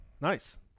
Nice